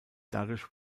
dadurch